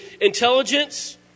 intelligence